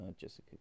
Jessica